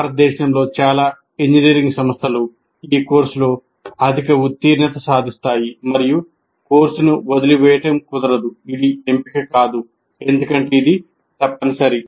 భారతదేశంలో చాలా ఇంజనీరింగ్ సంస్థలు ఈ కోర్సులో అధిక ఉత్తీర్ణత సాధిస్తాయి మరియు కోర్సును వదిలివేయడం కుదరదు ఇది ఎంపిక కాదు ఎందుకంటే ఇది తప్పనిసరి